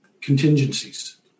contingencies